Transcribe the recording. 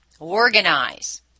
Organize